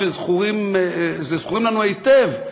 שזכורים לנו היטב,